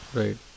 right